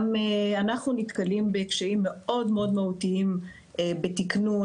אנחנו נתקלים בקשיים מאוד מאוד מהותיים בתקנון,